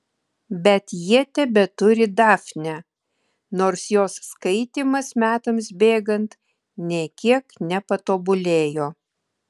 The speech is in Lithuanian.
bet jie tebeturi dafnę nors jos skaitymas metams bėgant nė kiek nepatobulėjo